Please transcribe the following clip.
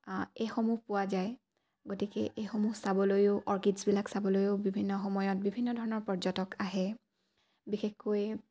এইসমূহ পোৱা যায় গতিকে এইসমূহ চাবলৈও অৰ্কিডছবিলাক চাবলৈও বিভিন্ন সময়ত বিভিন্ন ধৰণৰ পৰ্যটক আহে বিশেষকৈ